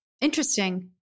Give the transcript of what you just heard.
Interesting